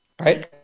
right